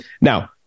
Now